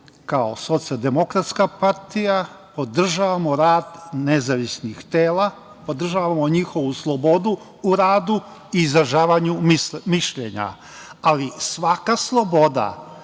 kao Socijaldemokratska partija podržavamo rad nezavisnih tela, podržavamo njihovu slobodu u radu i izražavanju mišljenja, ali svaka sloboda